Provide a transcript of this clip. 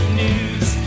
news